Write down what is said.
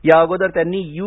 या अगोदर त्यांनी यू